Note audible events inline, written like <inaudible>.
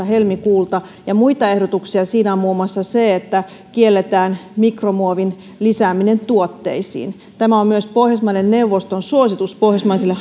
<unintelligible> helmikuulta ja muita ehdotuksia siinä on muun muassa se että kielletään mikromuovin lisääminen tuotteisiin tämä on myös pohjoismaiden neuvoston suositus pohjoismaisille <unintelligible>